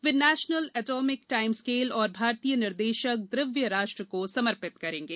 वे national atomic time scale और भारतीय निर्देशक द्रव्य राष्ट्र को समर्पित करेंगे